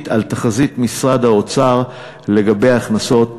על תחזית משרד האוצר לגבי הכנסות המדינה.